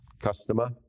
customer